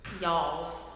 Y'all's